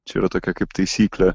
čia yra tokia kaip taisyklė